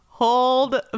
hold